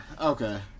Okay